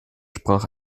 sprach